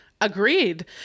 agreed